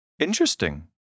Interesting